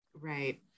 Right